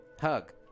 hug